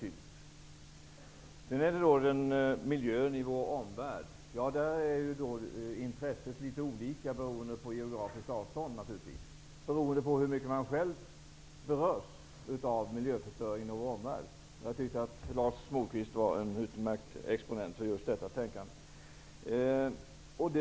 När det sedan gäller miljön i vår omvärld är intresset litet olika beroende på geografiskt avstånd och på hur mycket man själv berörs av miljöförstöringen. Jag tycker att Lars Moquist var en utmärkt exponent för just detta tänkande.